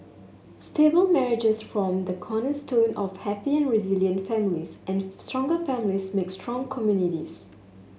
stable marriages form the cornerstone of happy and resilient families and strong families make strong communities